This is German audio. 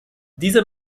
dieser